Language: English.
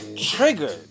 triggered